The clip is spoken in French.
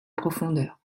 profondeur